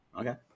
okay